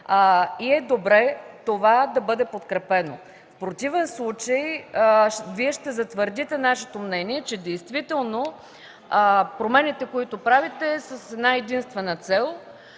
и е добре това да бъде подкрепено. В противен случай, Вие ще затвърдите нашето мнение, че действително промените, които правите, са с една-единствена цел